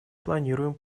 планируем